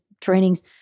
trainings